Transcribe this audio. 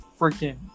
freaking –